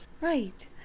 Right